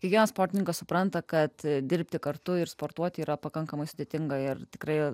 kiekvienas sportininkas supranta kad dirbti kartu ir sportuoti yra pakankamai sudėtinga ir tikrai